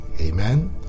Amen